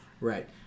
Right